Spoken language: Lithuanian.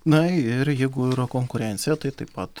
na ir jeigu yra konkurencija tai taip pat